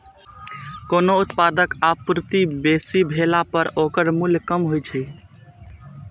कोनो उत्पादक आपूर्ति बेसी भेला पर ओकर मूल्य कम होइ छै